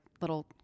little